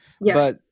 Yes